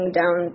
down